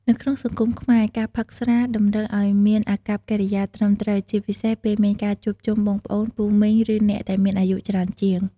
នៅក្នុងសង្គមខ្មែរ ការផឹកស្រា តម្រូវអោយមានអាកប្បកិរិយាត្រឹមត្រូវជាពិសេសពេលមានការជួបជុំ បងប្អូន ពូមីង ឬអ្នកដែលមានអាយុច្រើងជាង។